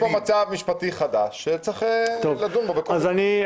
פה מצב משפטי חדש שצריך לדון בו בכובד ראש.